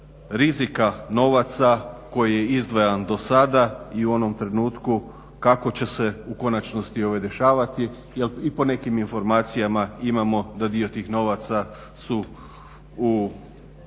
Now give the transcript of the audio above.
rizika novaca koji je izdvajan do sada i u onom trenutku kako će se u konačnosti rješavati, jer i po nekim informacijama imamo da dio tih novaca su u